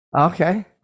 Okay